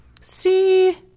See